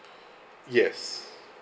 yes